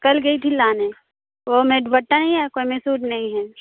کل گئی تھی لانے کوئی میں دوپٹہ نہیں ہے کوئی میں سوٹ نہیں ہے